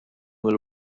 mill